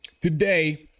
today